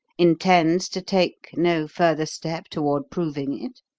intends to take no further step toward proving it?